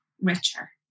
richer